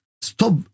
stop